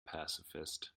pacifist